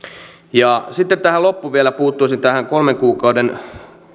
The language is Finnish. sitten tähän loppuun vielä puuttuisin tähän kolmen kuukauden